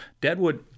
Deadwood